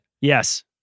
Yes